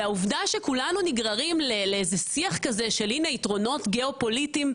העובדה שכולנו נגררים לאיזה שיח כזה של הנה יתרונות גיאופוליטיים,